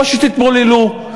או שתתבוללו.